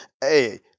Hey